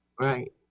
Right